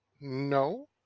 no